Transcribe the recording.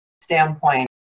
standpoint